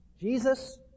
Jesus